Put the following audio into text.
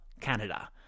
Canada